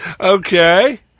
Okay